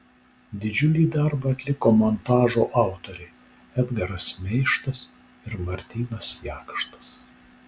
didžiulį darbą atliko montažo autoriai edgaras meištas ir martynas jakštas